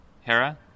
Hera